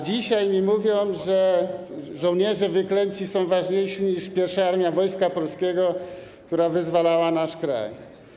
Dzisiaj mówią mi, że żołnierze wyklęci są ważniejsi niż 1 Armia Wojska Polskiego, która wyzwalała nasz kraj.